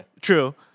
true